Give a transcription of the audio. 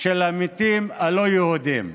של המתים הלא-יהודים.